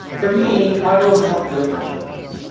for me, my goal is to help building entrepreneurs.